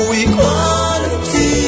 equality